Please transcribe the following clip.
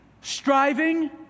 Striving